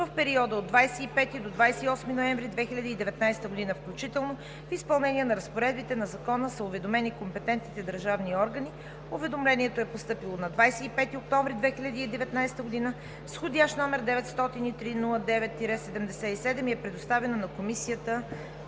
в периода от 25 до 28 ноември 2019 г. включително. В изпълнение на разпоредбите на Закона са уведомени компетентните държавни органи. Уведомлението е постъпило на 25 октомври 2019 г. с входящ номер 903-09-77 и е предоставено на Комисията